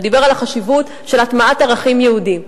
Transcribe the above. ודיבר על החשיבות של הטמעת ערכים יהודיים,